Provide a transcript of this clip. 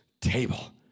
table